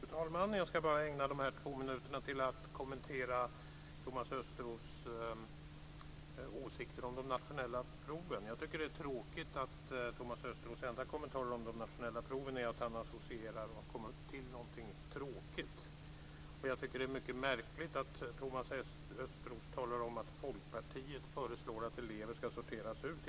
Fru talman! Jag ska ägna dessa två minuter åt att kommentera Thomas Östros åsikter om de nationella proven. Jag tycker att det är tråkigt att Thomas Östros enda kommentar till det jag sade om de nationella proven är att han associerar till någonting tråkigt. Jag tycker att det är mycket märkligt att Thomas Östros talar om att Folkpartiet föreslår att elever ska sorteras ut.